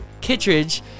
Kittridge